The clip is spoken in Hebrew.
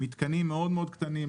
מתקנים מאוד קטנים,